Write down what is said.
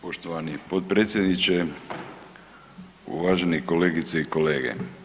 Poštovani potpredsjedniče, uvaženi kolegice i kolege.